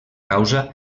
causa